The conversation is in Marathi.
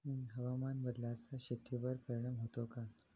हवामान बदलाचा शेतीवर परिणाम होतो का?